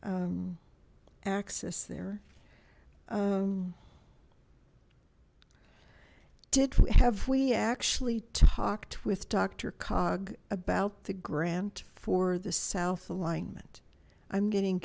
a access there did we have we actually talked with doctor cog about the grant for the south alignment i'm getting